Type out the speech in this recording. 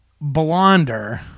blonder